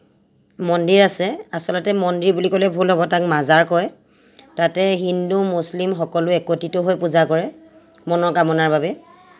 মন্দিৰ আছে আচলতে মন্দিৰ বুলি ক'লে ভুল হ'ব তাক মাজাৰ কয় তাতে হিন্দু মুছলিম সকলোৱে একত্ৰিত হৈ পূজা কৰে মনৰ কামনাৰ বাবে